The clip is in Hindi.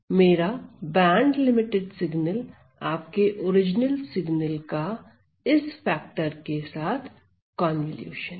मेरा बैंडलिमिटेड सिगनल आपके ओरिजिनल सिग्नल का इस फैक्टर के साथ कन्वॉल्यूशन है